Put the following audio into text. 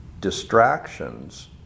distractions